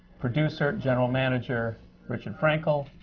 producer general manager richard frankel,